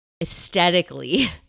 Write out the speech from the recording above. aesthetically